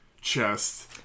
chest